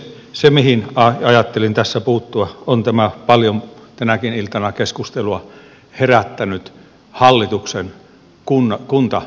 se mihin ajattelin tässä puuttua on tämä paljon tänäkin iltana keskustelua herättänyt hallituksen kuntarakenneuudistus